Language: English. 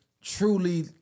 truly